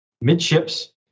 Midships